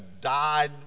died